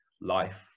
life